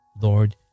Lord